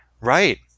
Right